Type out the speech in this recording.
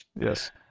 Yes